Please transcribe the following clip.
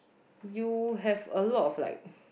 you have a lot of like